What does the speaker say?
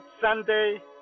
Sunday